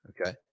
Okay